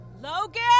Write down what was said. Logan